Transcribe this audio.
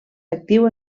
actiu